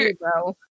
bro